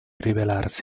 ribellarsi